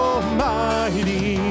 Almighty